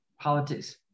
politics